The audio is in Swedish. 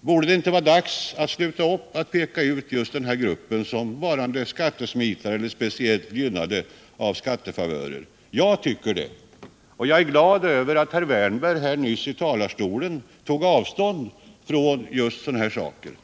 Borde det inte vara dags att sluta upp med att peka ut just denna grupp som ”skattesmitare” eller ”speciellt gynnade av skattefavörer”? Jag tycker det, och jag är glad över att herr Wärnberg nyss från talarstolen tog avstånd från sådana här beskyllningar.